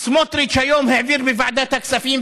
סמוטריץ העביר היום בוועדת הכספים,